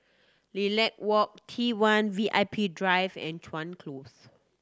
Lilac Walk T One V I P Drive and Chuan Close